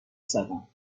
زدم